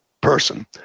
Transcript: person